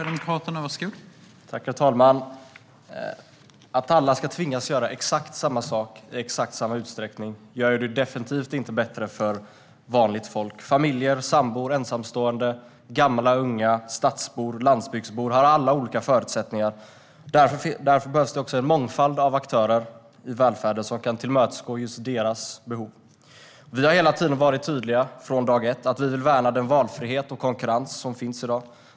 Herr talman! Att alla ska tvingas göra exakt samma sak i exakt samma utsträckning gör det definitivt inte bättre för vanligt folk. Familjer, sambor, ensamstående, gamla och unga, stadsbor och landsbygdsbor har alla olika förutsättningar. Därför behövs det också en mångfald av aktörer i välfärden som kan tillmötesgå deras olika behov. Vi har hela tiden, från dag ett, varit tydliga med att vi vill värna den valfrihet och konkurrens som finns i dag.